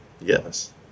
Yes